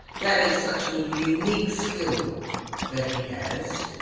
that is such and a unique skill that he has.